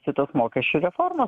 šitos mokesčių reformos